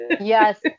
Yes